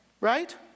Right